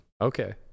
Okay